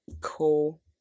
cool